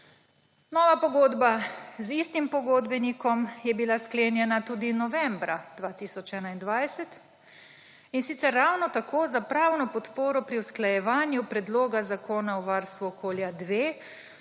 Nova pogodba z istim pogodbenikom je bila sklenjena tudi novembra 2021, in sicer ravno tako za pravno podporo pri usklajevanju predloga Zakona o varstvu okolja-2